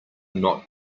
not